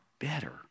better